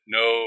no